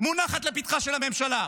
מונחת לפתחה של הממשלה.